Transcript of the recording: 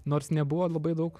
nors nebuvo labai daug